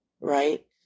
right